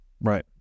Right